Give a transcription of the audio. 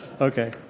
Okay